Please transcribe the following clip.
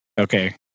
okay